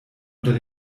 unter